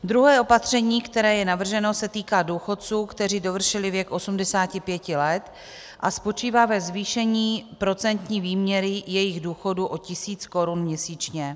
Druhé opatření, které je navrženo, se týká důchodců, kteří dovršili věk 85 let, a spočívá ve zvýšení procentní výměry jejich důchodu o tisíc korun měsíčně.